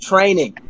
Training